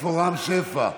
איפה רם שפע?